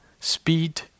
speed